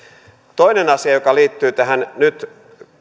toinen asia joka liittyy tähän nyt